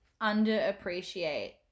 underappreciate